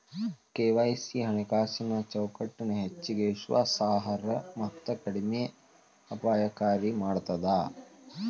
KYC ಹಣಕಾಸಿನ್ ಚೌಕಟ್ಟನ ಹೆಚ್ಚಗಿ ವಿಶ್ವಾಸಾರ್ಹ ಮತ್ತ ಕಡಿಮೆ ಅಪಾಯಕಾರಿ ಮಾಡ್ತದ